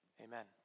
Amen